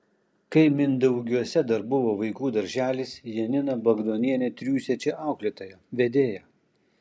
kai mindaugiuose dar buvo vaikų darželis janina bagdonienė triūsė čia auklėtoja vedėja